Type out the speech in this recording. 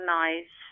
nice